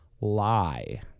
lie